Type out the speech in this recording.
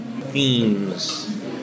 themes